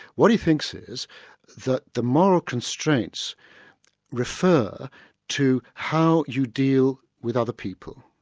what he thinks is that the moral constraints refer to how you deal with other people.